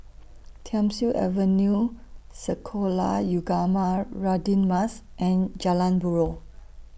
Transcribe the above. Thiam Siew Avenue Sekolah Ugama Radin Mas and Jalan Buroh